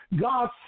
God